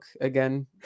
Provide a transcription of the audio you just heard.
again